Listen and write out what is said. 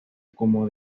como